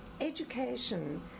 education